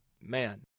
man